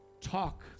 talk